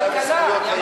כלכלה.